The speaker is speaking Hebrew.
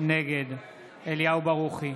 נגד אליהו ברוכי,